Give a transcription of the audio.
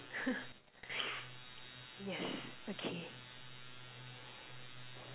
yes okay